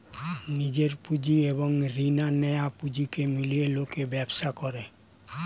নিজের পুঁজি এবং রিনা নেয়া পুঁজিকে মিলিয়ে লোক ব্যবসা করে